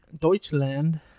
Deutschland